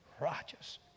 righteous